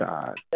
God